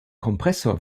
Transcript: kompressor